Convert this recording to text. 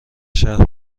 شهر